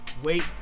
Wait